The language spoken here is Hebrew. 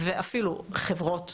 ואפילו חברות